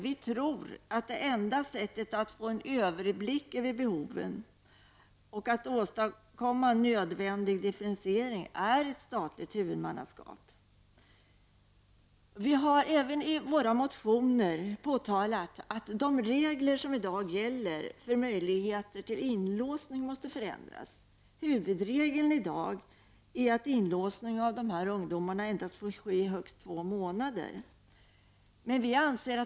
Vi tror att det enda sättet att få en överblick över behoven och att åstadkomma en nödvändig differentiering är ett statligt huvudmannaskap. Vi har även i våra motioner påtalat att de regler som i dag gäller för möjligheter till inlåsning måste förändras. Huvudregeln är att inlåsning av ungdomar endast får vara i högst två månader.